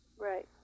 Right